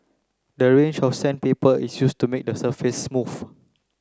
the range of sandpaper is used to make the surface smooth